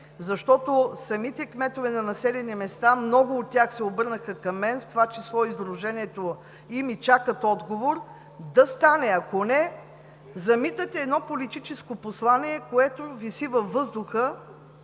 защото самите кметове на населени места, много от тях се обърнаха към мен, в това число и Сдружението, чакат отговор. Ако – не, замитате едно политическо послание, което виси във въздуха.